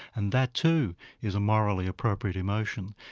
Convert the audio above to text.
and that too is a morally appropriate emotion,